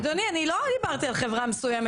אדוני, אני לא דיברתי על חברה מסוימת.